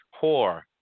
Poor